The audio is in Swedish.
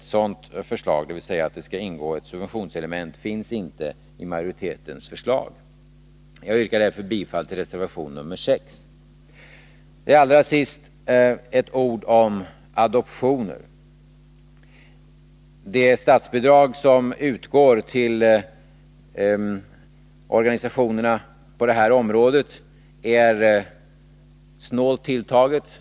Något förslag om att det skall ingå ett subventionselement finns inte i majoritetens hemställan. Jag yrkar därför bifall till reservation 6 Allra sist några ord om adoptioner. Det statsbidrag som utgår till organisationerna på detta område är snålt tilltaget.